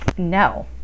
No